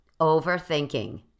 Overthinking